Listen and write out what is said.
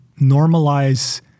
normalize